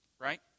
Right